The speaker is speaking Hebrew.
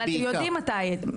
אבל אתם יודעים מתי,